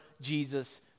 Jesus